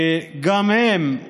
שגם הם,